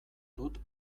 dut